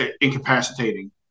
incapacitating